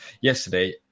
yesterday